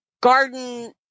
Garden